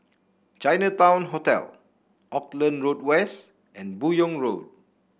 Chinatown Hotel Auckland Road West and Buyong Road